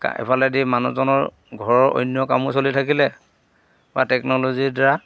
এফালেদি মানুহজনৰ ঘৰৰ অন্য কামো চলি থাকিলে বা টেকন'লজিৰ দ্বাৰা